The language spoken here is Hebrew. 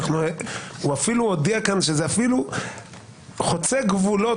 הוא אפילו הודיע כאן שזה אפילו חוצה גבולות,